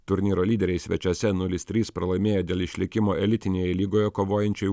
turnyro lyderiai svečiuose nulis trys pralaimėjo dėl išlikimo elitinėje lygoje kovojančiai